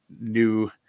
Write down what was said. new